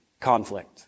conflict